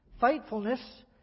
faithfulness